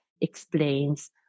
explains